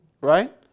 right